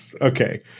Okay